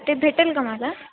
ते भेटेल का मला